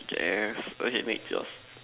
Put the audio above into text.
yes okay next yours